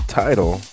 title